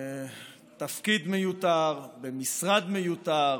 תפקיד מיותר במשרד מיותר,